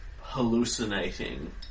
hallucinating